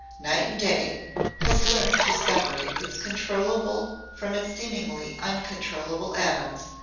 night and day has learned to separate its controllable from its seemingly uncontrollable atoms,